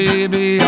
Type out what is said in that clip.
Baby